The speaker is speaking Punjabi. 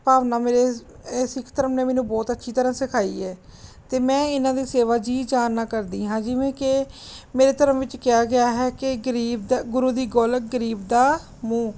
ਭਾਵਨਾ ਮੇਰੇ ਇਹ ਸਿੱਖ ਧਰਮ ਨੇ ਮੈਨੂੰ ਬਹੁਤ ਅੱਛੀ ਤਰ੍ਹਾਂ ਸਿਖਾਈ ਹੈ ਅਤੇ ਮੈਂ ਇਹਨਾਂ ਦੀ ਸੇਵਾ ਜੀਅ ਜਾਨ ਨਾਲ ਕਰਦੀ ਹਾਂ ਜਿਵੇਂ ਕਿ ਮੇਰੇ ਧਰਮ ਵਿੱਚ ਕਿਹਾ ਗਿਆ ਹੈ ਕਿ ਗਰੀਬ ਦਾ ਗੁਰੂ ਦੀ ਗੋਲਕ ਗਰੀਬ ਦਾ ਮੂੰਹ